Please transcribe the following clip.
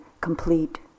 complete